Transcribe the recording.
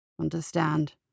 Understand